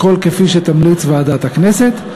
הכול כפי שתמליץ ועדת הכנסת.